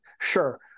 sure